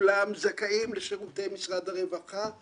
כולם זכאים לשירותי משרד הרווחה,